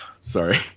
sorry